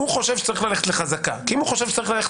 הוא חושב שצריך ללכת לחזקה כי לו חשב שצריך ללכת